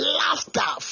laughter